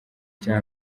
cya